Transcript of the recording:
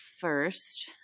first